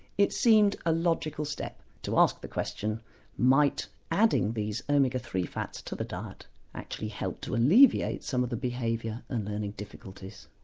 it seemed a logical step to ask the question might adding these omega three fats to the diet actually help to alleviate some of the behaviour and learning difficulties.